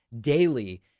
daily